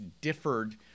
differed